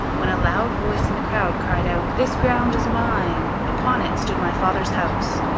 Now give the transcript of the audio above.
when a loud voice in the crowd cried out, this ground is mine! upon it, stood my father's house.